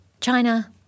China